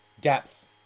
Depth